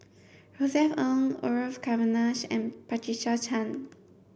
Josef Ng Orfeur Cavenagh and Patricia Chan